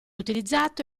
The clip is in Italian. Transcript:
utilizzato